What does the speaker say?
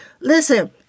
Listen